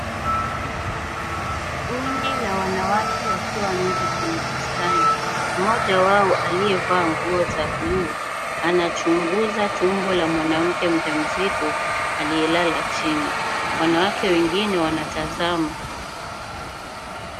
Kundibla wanawake wakiwa nje kwenye bustani. Mmoja wao aliyevaa nguo za blue anachunguza tumbo la mwanamke mmoja mja mzito aliyelala chini. Wanawake wengine wanatazama.